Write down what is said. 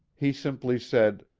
he simply said,